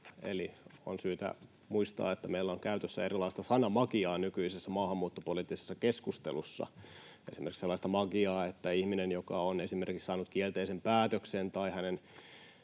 on syytä muistaa, että meillä on käytössä erilaista sanamagiaa nykyisessä maahanmuuttopoliittisessa keskustelussa: esimerkiksi sellaista magiaa, että ihmistä, joka on esimerkiksi saanut kielteisen päätöksen tai hänen